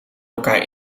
elkaar